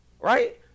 Right